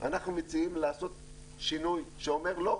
אנחנו מציעים לעשות שינוי שאומר 'לא,